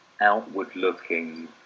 outward-looking